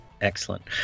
Excellent